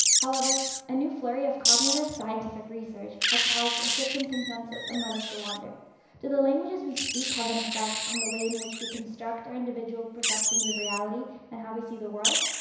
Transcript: however, a new flurry of cognitive scientific research has caused a shift in consensus and led us to wonder do the languages we speak have an effect on the way in which we construct our individual perceptions of reality and how we see the world?